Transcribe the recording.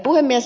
puhemies